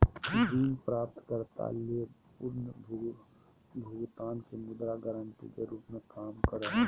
ऋण प्राप्तकर्ता ले पुनर्भुगतान के मुद्रा गारंटी के रूप में काम करो हइ